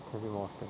have it more often